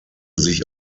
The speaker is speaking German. sich